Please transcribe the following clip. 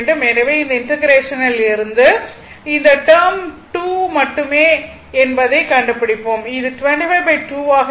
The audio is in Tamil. எனவே இந்த இண்டெகரேஷனில் இருந்து இந்த டெர்ம் 2 மட்டுமே என்பதை கண்டுபிடிப்போம் அது 252 ஆக இருக்கும்